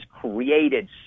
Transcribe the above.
created